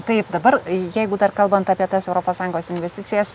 taip dabar jeigu dar kalbant apie tas europos sąjungos investicijas